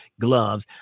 Gloves